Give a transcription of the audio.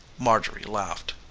marjorie laughed.